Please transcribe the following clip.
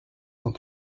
cent